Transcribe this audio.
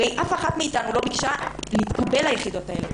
הרי אף אחת מאיתנו לא ביקשה להתקבל ליחידות האלה.